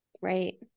Right